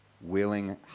willing